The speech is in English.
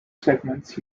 segment